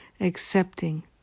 accepting